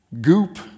goop